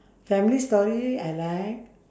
family story I like